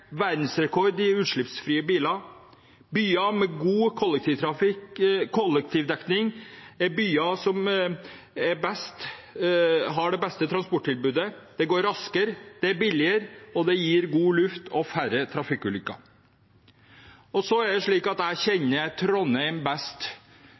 verdensrekord i utslippsfrie biler. Vi har byer med god kollektivtrafikk, vi har kollektivdekning i byene som har det beste transporttilbudet. Det er raskere, det er billigere, og det gir god luft og færre trafikkulykker.